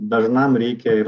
dažnam reikia ir